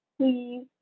please